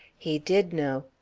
he did know,